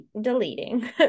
deleting